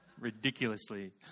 ridiculously